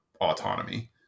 autonomy